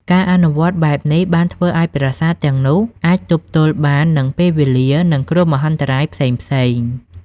ការអនុវត្តបែបនេះបានធ្វើឲ្យប្រាសាទទាំងនោះអាចទប់ទល់បាននឹងពេលវេលានិងគ្រោះមហន្តរាយផ្សេងៗ។